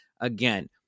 again